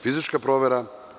fizička provera.